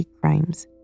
crimes